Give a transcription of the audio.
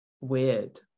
weird